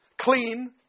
clean